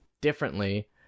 differently